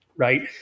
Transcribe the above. Right